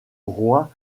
roi